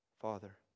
Father